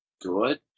good